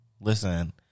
listen